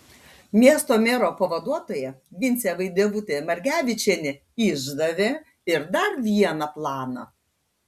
miesto mero pavaduotoja vincė vaidevutė margevičienė išdavė ir dar vieną planą